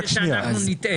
רוצה שאנחנו נטעה?